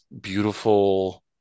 beautiful